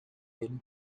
ele